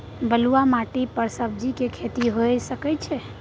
बलुआही माटी पर सब्जियां के खेती होय सकै अछि?